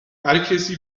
هرکسی